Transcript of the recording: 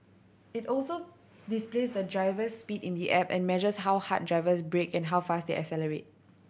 it also displays the driver's speed in the app and measures how hard drivers brake and how fast they accelerate